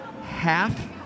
Half